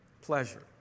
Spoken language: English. pleasure